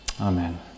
Amen